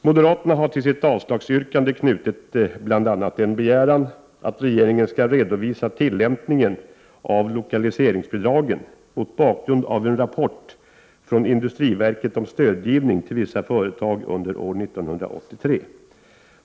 Moderaterna har till sitt avslagsyrkande knutit bl.a. en begäran att regeringen skall redovisa tillämpningen av lokaliseringsbidragen mot bakgrund av en rapport från industriverket om stödgivningen till vissa företag under år 1983.